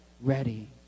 ready